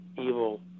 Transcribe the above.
evil